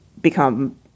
become